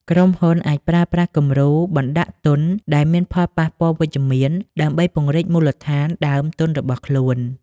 ក្រុមហ៊ុនអាចប្រើប្រាស់គំរូការបណ្ដាក់ទុនដែលមានផលប៉ះពាល់វិជ្ជមាន ដើម្បីពង្រីកមូលដ្ឋានដើមទុនរបស់ខ្លួន។